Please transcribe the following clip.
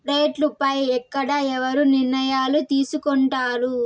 రేట్లు పై ఎక్కడ ఎవరు నిర్ణయాలు తీసుకొంటారు?